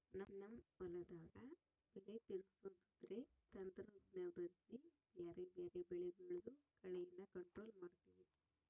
ನಮ್ ಹೊಲುದಾಗ ಬೆಲೆ ತಿರುಗ್ಸೋದ್ರುದು ತಂತ್ರುದ್ಲಾಸಿ ಬ್ಯಾರೆ ಬ್ಯಾರೆ ಬೆಳೆ ಬೆಳ್ದು ಕಳೇನ ಕಂಟ್ರೋಲ್ ಮಾಡ್ತಿವಿ